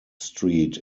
street